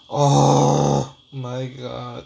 oh my god